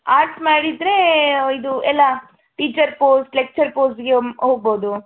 arts ಮಾಡಿದ್ರೆ ಇದು ಎಲ್ಲ ಟೀಚರ್ ಪೋಸ್ಟ್ ಲೆಕ್ಚರ್ ಪೋಸ್ಟ್ಗೆ ಹೋಗ್ಬೋದು